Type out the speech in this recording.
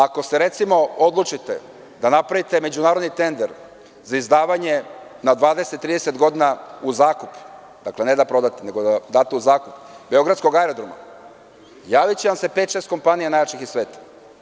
Ako se recimo odlučite da napravite međunarodni tender za izdavanje na 20, 30 godina u zakup, ne da prodate, nego da date u zakup, beogradskog aerodroma, javiće vam se pet, šest kompanija najjačih na svetu.